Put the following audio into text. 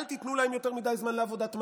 אל תיתנו להם יותר מדי זמן לעבודת מטה.